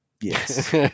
Yes